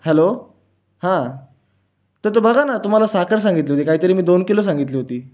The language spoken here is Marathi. हॅलो हां तर तो बघा ना तुम्हाला साखर सांगितली होती काहीतरी मी दोन किलो सांगितली होती